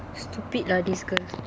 stupid lah this girl